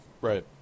Right